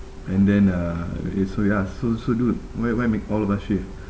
and then uh okay so ya so so dude why why make all of us shift